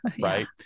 right